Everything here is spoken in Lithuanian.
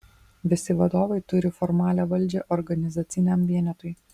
visi vadovai turi formalią valdžią organizaciniam vienetui